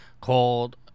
Called